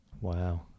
Wow